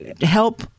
help